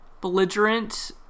belligerent